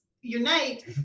unite